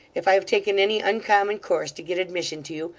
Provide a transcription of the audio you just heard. if i have taken any uncommon course to get admission to you,